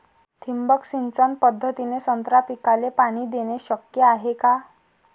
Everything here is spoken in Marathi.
ठिबक सिंचन पद्धतीने संत्रा पिकाले पाणी देणे शक्य हाये का?